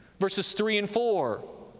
verses three and four,